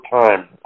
time